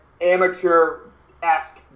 amateur-esque